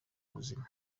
ubuzima